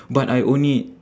but I only